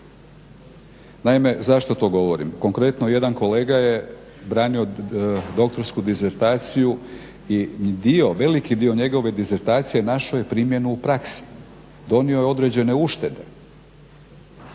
Naime, zašto to govorim? Konkretno jedan kolega je branio doktorsku disertaciju i dio veliki dio njegove disertacije našao je primjenu u praksi, donio je određene uštede.